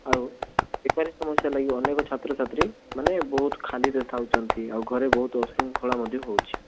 ଆଉ ବେକାରୀ ସମସ୍ୟା ଲାଗି ଅନେକ ଛାତ୍ର ଛାତ୍ରୀମାନେ ବହୁତ ଖାଲିରେ ଥାଉଛନ୍ତି ଆଉ ଘରେ ବହୁତ ବିଶୃଙ୍ଖଳା ମଧ୍ୟ ହେଉଛି